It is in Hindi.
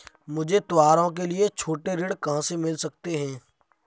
मुझे त्योहारों के लिए छोटे ऋण कहाँ से मिल सकते हैं?